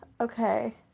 okay